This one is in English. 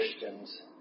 Christians